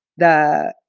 the.